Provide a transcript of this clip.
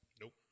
Nope